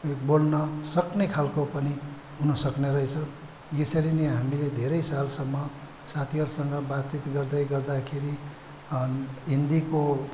बोल्न सक्ने खालको पनि हुनसक्ने रहेछ यसरी नै हामीले धेरै सालसम्म साथीहरूसँग बातचित गर्दै गर्दाखेरि हिन्दीको